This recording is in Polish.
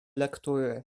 lektury